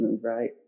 right